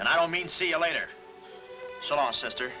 and i don't mean see you later saw sister